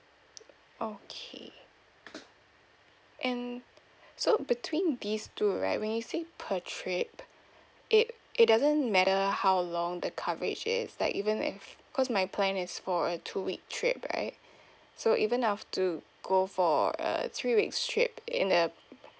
okay and so between these two right when you say per trip it it doesn't matter how long the coverage is like even if cause my plan is for a two week trip right so even I have to go for a three weeks trip in a